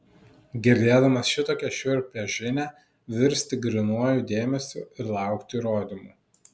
girdėdamas šitokią šiurpią žinią virsti grynuoju dėmesiu ir lauki įrodymų